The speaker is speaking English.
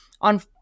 on